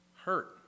hurt